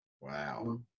Wow